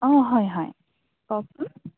অঁ হয় হয় কওকচোন